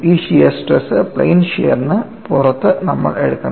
ഈ shear stress plane shear ന് പുറത്ത് നമ്മൾ എടുക്കണം